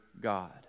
God